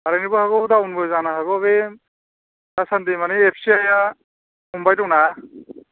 बारायनोबो हागौ डाउनबो जानो हागौै बे दासान्दि मानि एफसिआइआ हमबाय दं ना